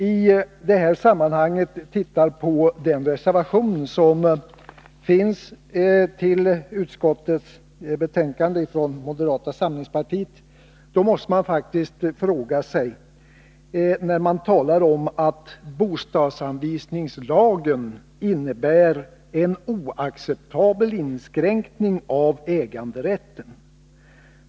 I den reservation som moderata samlingspartiet har fogat till utskottsbetänkandet talar man om att bostadsanvisningslagen innebär en oacceptabel inskränkning av äganderätten.